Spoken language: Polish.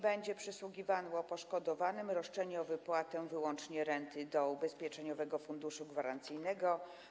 Będzie przysługiwało poszkodowanym roszczenie o wypłatę wyłącznie renty do Ubezpieczeniowego Funduszu Gwarancyjnego.